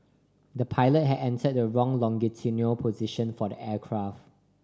the pilot had entered the wrong longitudinal position for the aircraft